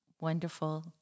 wonderful